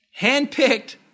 handpicked